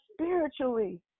spiritually